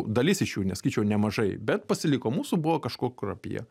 dalis iš jų nesakyčiau nemažai bet pasiliko mūsų buvo kažkur apie